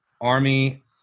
Army